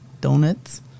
donuts